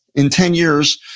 in ten years,